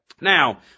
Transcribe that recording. Now